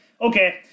Okay